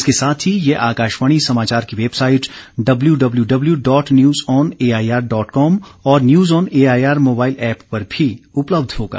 इसके साथ ही यह आकाशवाणी समाचार की website W W dot news on AIR dot com और news on AIR mobile app पर भी उपलब्ध होगा